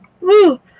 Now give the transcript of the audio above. Woo